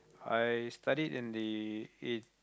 I studied in the i~